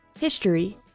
history